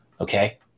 Okay